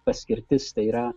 paskirtis tai yra